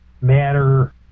matter